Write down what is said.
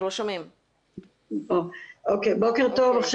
בוקר טוב.